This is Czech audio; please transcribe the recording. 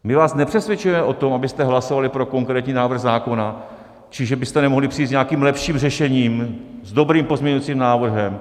My vás nepřesvědčujeme o tom, abyste hlasovali pro konkrétní návrh zákona či že byste nemohli přijít s nějakým lepším řešením, s dobrým pozměňovacím návrhem.